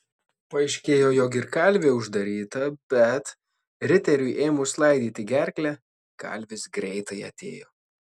paaiškėjo jog ir kalvė uždaryta bet riteriui ėmus laidyti gerklę kalvis greitai atėjo